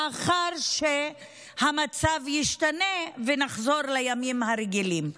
לאחר שהמצב ישתנה ונחזור לימים הרגילים.